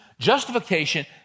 Justification